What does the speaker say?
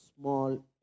small